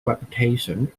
reputation